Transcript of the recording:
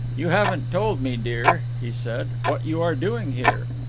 you haven't told me, dear, he said, what you are doing here.